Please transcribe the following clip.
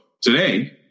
today